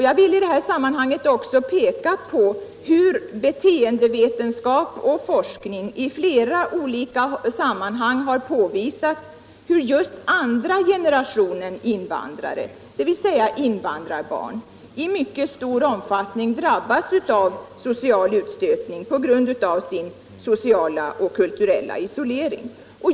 Jag vill i detta sammanhang också peka på att beteendevetenskap och forskning i flera olika sammanhang har påvisat hur just andra generationen invandrare, dvs. invandrarbarn, i mycket stor omfattning drabbas av social utstötning på grund av sin sociala och kulturella isolering.